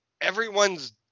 everyone's